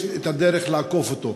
יש הדרך לעקוף אותו,